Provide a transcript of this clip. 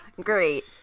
great